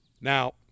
Now